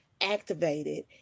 activated